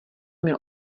měl